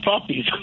puppies